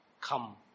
come